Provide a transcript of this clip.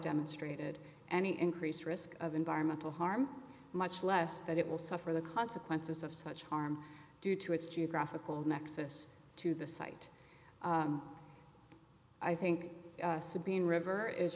demonstrated any increased risk of environmental harm much less that it will suffer the consequences of such harm due to its geographical nexus to the site i think sabine river is